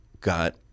got